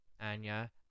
Anya